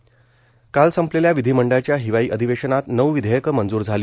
हिवाळी अधिवेशन काल संपलेल्या विधिमंडळाच्या हिवाळी अधिवेशनात नऊ विधेयकं मंजूर झाली